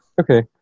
Okay